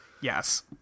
Yes